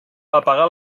apagar